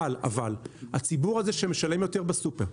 אבל הציבור הזה שמשלם יותר בסופר,